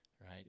right